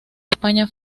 españa